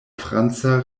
franca